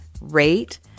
rate